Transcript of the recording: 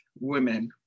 women